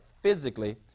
physically